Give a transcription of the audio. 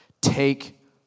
Take